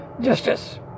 justice